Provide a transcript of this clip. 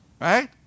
Right